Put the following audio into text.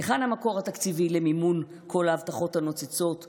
היכן המקור התקציבי למימון כל ההבטחות הנוצצות והשלמונים?